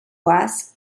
was